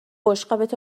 بشقابت